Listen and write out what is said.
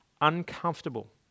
uncomfortable